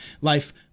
life